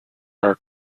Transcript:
are